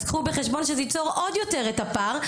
אז קחו בחשבון שזה ייצור עוד יותר את הפער,